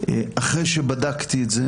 אחרי שבדקתי את זה